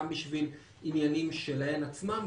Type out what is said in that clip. גם בשביל עניינים שלהם עצמם,